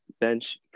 bench